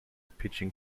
pitching